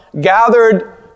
gathered